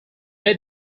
made